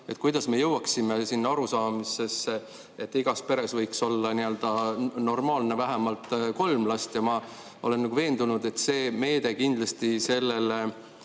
Kuidas me jõuaksime sellisesse arusaamisesse, et igas peres võiks olla normaalne vähemalt kolm last? Ma olen veendunud, et see meede kindlasti sellele